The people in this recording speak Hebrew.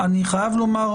עכשיו אנחנו באים ואומרים: